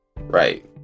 right